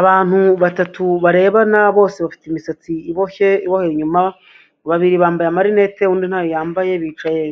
Abantu batatu barebana bose bafite imisatsi iboshye, iboheye inyuma, babiri bambaye amarinete, undi ntayo yambaye, bicaye